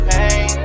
Pain